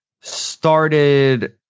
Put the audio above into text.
started